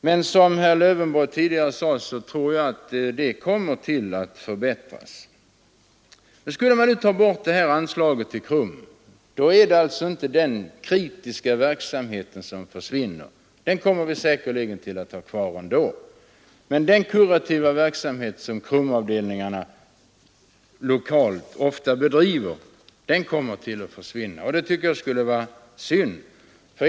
Men som herr Lövenborg sade tror jag att det kommer att förbättras. Skulle man nu dra in anslaget till KRUM är det alltså inte den kritiserande verksamheten som försvinner — den kommer vi säkerligen att ha kvar ändå. Men den kurativa verksamhet som KRUM-avdelningarna lokalt bedriver kommer att försvinna, och det tycker jag skulle vara synd.